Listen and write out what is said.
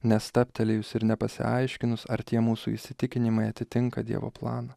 nestabtelėjus ir nepasiaiškinus ar tie mūsų įsitikinimai atitinka dievo planą